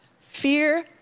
Fear